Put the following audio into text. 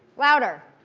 louder.